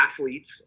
athletes